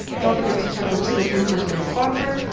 don't forget to check the description for today's sponsor,